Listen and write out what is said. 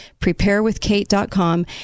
preparewithkate.com